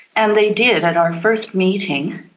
and they did. at our first meeting,